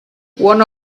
one